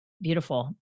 beautiful